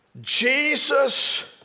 Jesus